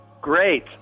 great